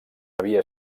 havia